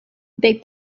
they